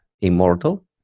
immortal